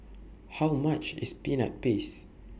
How much IS Peanut Paste